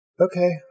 Okay